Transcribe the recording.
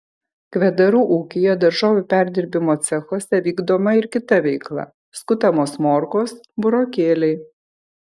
kvedarų ūkyje daržovių perdirbimo cechuose vykdoma ir kita veikla skutamos morkos burokėliai